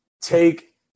take